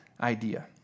idea